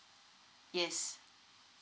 yes